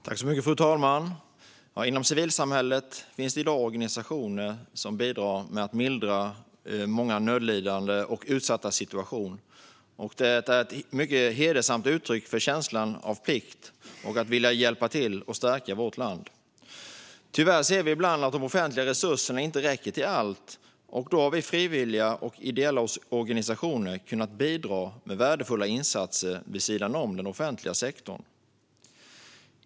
Fru talman! Inom civilsamhället finns det i dag organisationer som bidrar till att mildra många nödlidandes och utsattas situation. Detta är ett mycket hedersamt uttryck för känslan av plikt och viljan att hjälpa till och stärka vårt land. Tyvärr ser vi ibland att de offentliga resurserna inte räcker till allt, och då har frivilliga och ideella organisationer kunnat bidra med värdefulla insatser vid sidan om den offentliga sektorn.